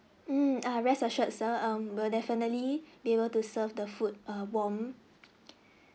um ah rest assured sir um will definitely be able to serve the food err warm